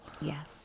Yes